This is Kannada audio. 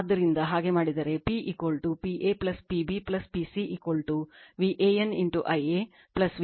ಆದ್ದರಿಂದ ಹಾಗೆ ಮಾಡಿದರೆ p p a p b p c VAN Ia VBN Ib VCN i c